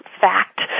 fact